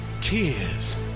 Tears